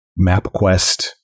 MapQuest